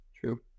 True